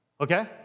okay